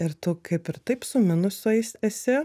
ir tu kaip ir taip su minusais esi